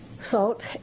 salt